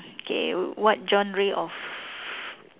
K what genre of